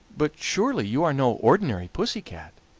but surely you are no ordinary pussy-cat?